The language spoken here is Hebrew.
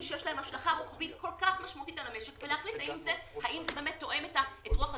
שיש להם השלכה רוחבית על המשק ולהחליט אם זה תואם את רוח הדברים.